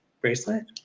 bracelet